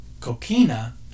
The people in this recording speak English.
coquina